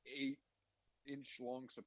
eight-inch-long